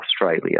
Australia